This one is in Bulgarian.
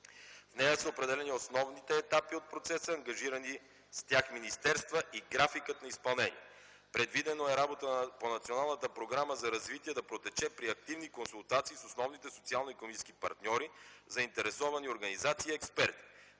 В нея са определени основните етапи от процеса, ангажирани с тях министерства и графикът на изпълнението. Предвидено е работата по Националната програма за развитие да протече при активни консултации с основните социално икономически партньори, заинтересовани организации и експерти.